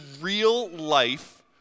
real-life